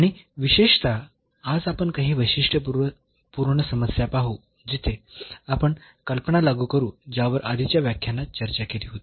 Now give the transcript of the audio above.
आणि विशेषतः आज आपण काही वैशिष्ट्यपूर्ण समस्या पाहू जिथे आपण कल्पना लागू करू ज्यावर आधीच्या व्याख्यानात चर्चा केली होती